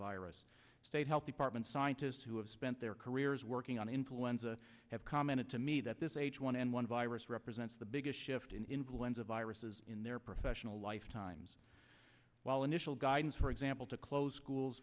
virus state health department scientists who have spent their careers working on influenza have commented to me that this h one n one virus represents the biggest shift in influenza viruses in their professional lifetimes while initial guidance for example to close schools